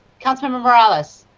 councilmember morales.